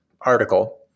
article